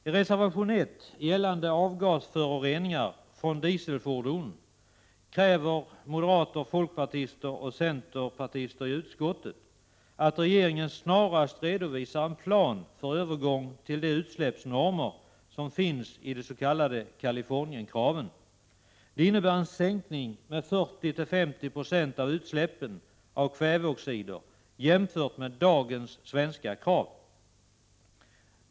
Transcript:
I reservation 1 gällande avgasföroreningar från dieselfordon m.m. kräver moderaterna, folkpartiet och centern att regeringen snarast redovisar en plan för övergång till de utsläppsnormer som finns i de s.k. Kalifornienkraven. Det innebär en sänkning med 40-50 90 av utsläppen av kväveoxider jämfört med dagens svenska krav.